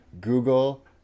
Google